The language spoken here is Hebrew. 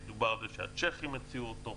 דובר על זה שהצ'כים הציעו אותו,